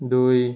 দুই